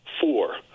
four